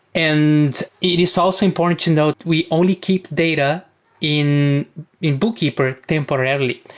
and it is also important to note, we only keep data in in bookkeeper temporarily.